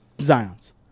Zion's